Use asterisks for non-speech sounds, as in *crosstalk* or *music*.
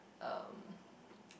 um *breath*